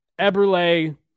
Eberle